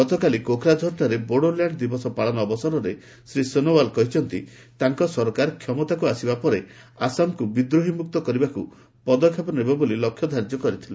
ଗତକାଲି କୋକ୍ରାଝରଠାରେ ବୋଡୋଲ୍ୟାଣ୍ଡ ଦିବସ ପାଳନ ଅବସରରେ ଶ୍ରୀ ସୋନୋୱାଲ୍ କହିଛନ୍ତି ତାଙ୍କ ସରକାର କ୍ଷମତାକୁ ଆସିବା ପରେ ଆସାମକୁ ବିଦ୍ରୋହୀମୁକ୍ତ କରିବାକୁ ପଦକ୍ଷେପ ନେବେ ବୋଲି ଲକ୍ଷ୍ୟଧାର୍ଯ୍ୟ କରିଥିଲେ